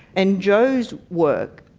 and jo's work,